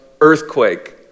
earthquake